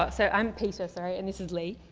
ah so i'm peta, sorry, and this is leigh.